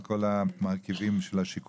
על כל המרכיבים של השיקום.